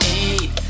eight